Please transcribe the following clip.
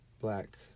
black